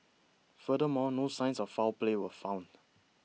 furthermore no signs of foul play were found